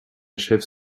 achève